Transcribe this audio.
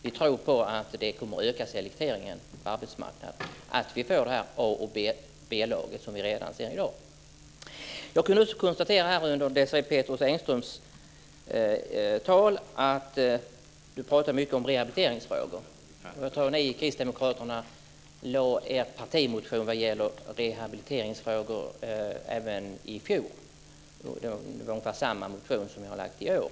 Vi tror att det kommer att öka selekteringen på arbetsmarknaden, att vi får det A och B-lag som vi kan se redan i dag. Desirée Pethrus Engström pratade i sitt anförande mycket om rehabiliteringsfrågor. Jag tror att ni kristdemokrater väckte en partimotion vad gäller rehabiliteringsfrågor även i fjol. Det var ungefär samma motion som ni har väckt i år.